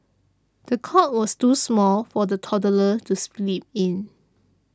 the cot was too small for the toddler to sleep in